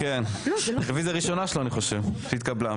כן, אני חושב שזאת רוויזיה ראשונה שלו שנתקבלה.